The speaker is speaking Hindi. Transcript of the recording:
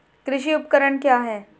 कृषि उपकरण क्या है?